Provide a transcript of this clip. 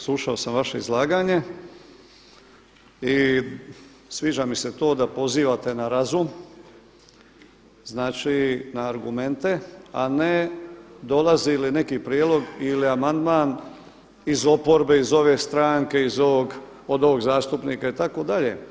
Slušao sam vaše izlaganje i sviđa mi se to da pozivate na razum, na argumente, a ne dolazi li neki prijedlog ili amandman iz oporbe iz ove stranke od ovog zastupnika itd.